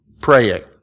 Praying